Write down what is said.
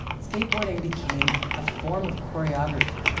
skateboarding became a form of choreography,